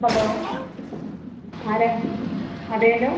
hello ആരാ അതേയല്ലോ